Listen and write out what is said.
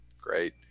Great